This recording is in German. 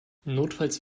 notfalls